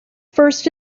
first